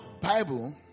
Bible